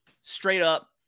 straight-up